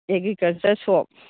agriculture shop